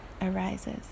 arises